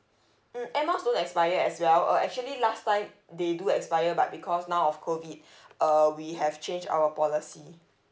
mm air miles don't expire as well uh actually last time they do expire but because now of COVID uh we have changed our policy